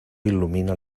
il·lumina